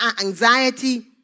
anxiety